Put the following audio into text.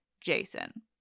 Jason